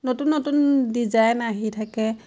নতুন নতুন ডিজাইন আহি থাকে